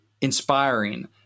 inspiring